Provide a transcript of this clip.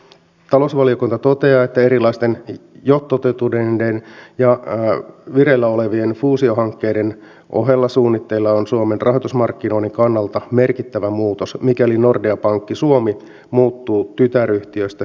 talousvaliokunta toteaa että erilaisten jo toteutuneiden ja vireillä olevien fuusiohankkeiden ohella suunnitteilla on suomen rahoitusmarkkinoiden kannalta merkittävä muutos mikäli nordea pankki suomi muuttuu tytäryhtiöstä sivuliikkeeksi